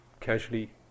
casually